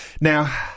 Now